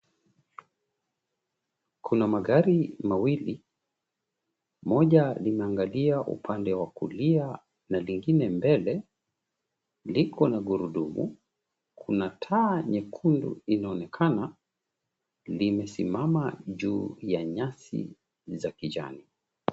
Kuna magari mawili, moja limeangalia upande wa kulia na lingine mbele, liko na gurudumu, kuna taa nyekundu inaonekana limesimama juu ya nyasi za kijani.